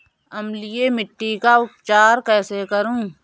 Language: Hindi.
अम्लीय मिट्टी का उपचार कैसे करूँ?